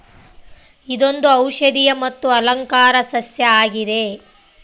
ಇದೊಂದು ಔಷದಿಯ ಮತ್ತು ಅಲಂಕಾರ ಸಸ್ಯ ಆಗಿದೆ